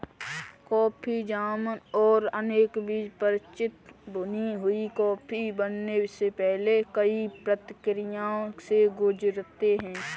coffee जामुन और उनके बीज परिचित भुनी हुई कॉफी बनने से पहले कई प्रक्रियाओं से गुजरते हैं